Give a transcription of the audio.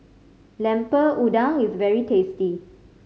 Lemper Udang is very tasty